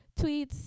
tweets